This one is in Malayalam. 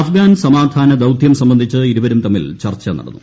അഫ്ഗാൻ സമാധാന ദൌതൃം സംബന്ധിച്ച് ഇരുവരും തമ്മിൽ ചർച്ച നടന്നു